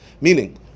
Meaning